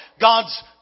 God's